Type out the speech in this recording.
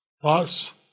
plus